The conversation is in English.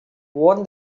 won